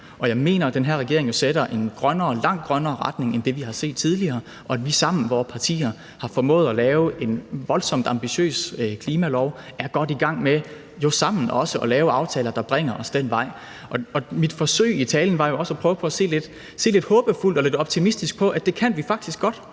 Og jeg mener, at den her regering jo sætter en langt grønnere retning end det, vi har set tidligere, og at vi sammen i vores partier har formået at lave en voldsomt ambitiøst klimalov og er godt i gang med – jo også sammen – at lave aftaler, der bringer os den vej. Det, jeg forsøgte på i talen, var jo også at se lidt håbefuldt og lidt optimistisk på, at det kan vi faktisk godt.